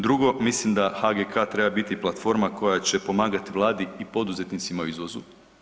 Drugo mislim da HGK treba biti platforma koja će pomagati Vladi i poduzetnicima u izvozu.